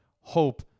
hope